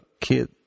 kid